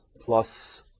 plus